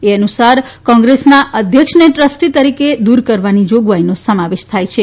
એ અનુસાર કોંગ્રેસના અધ્યક્ષને ટ્રસ્ટી તરીકે દુર કરવાની જોગવાઇનો સમાવેશ થાય છે